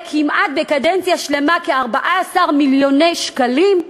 בקדנציה שלמה כמעט 14 מיליוני שקלים,